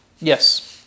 Yes